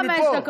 עוד חמש דקות.